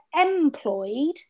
employed